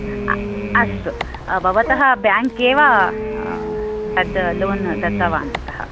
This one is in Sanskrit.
अस्तु बवतः ब्याङ्क् एव तद् लोन् दत्तवन्तः